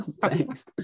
Thanks